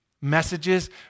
messages